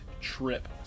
trip